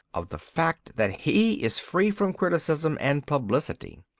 of the fact that he is free from criticism and publicity.